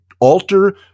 alter